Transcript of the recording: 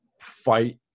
fight